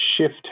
shift